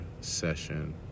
session